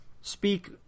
speak